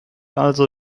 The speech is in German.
also